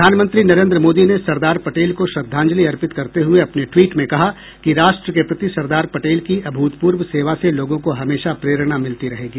प्रधानमंत्री नरेन्द्र मोदी ने सरदार पटेल को श्रद्धांजलि अर्पित करते हुए अपने ट्वीट में कहा कि राष्ट्र के प्रति सरदार पटेल की अभूतपूर्व सेवा से लोगों को हमेशा प्रेरणा मिलती रहेगी